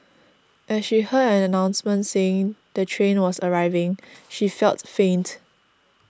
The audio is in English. as she heard an announcement saying the train was arriving she felt faint